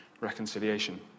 reconciliation